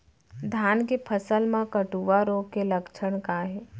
धान के फसल मा कटुआ रोग के लक्षण का हे?